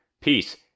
peace